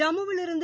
ஜம்முவிலிருந்து